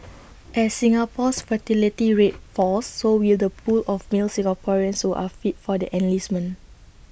as Singapore's fertility rate falls so will the pool of male Singaporeans who are fit for the enlistment